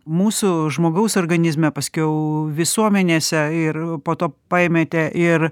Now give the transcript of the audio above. mūsų žmogaus organizme paskiau visuomenėse ir po to paėmėte ir